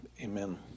Amen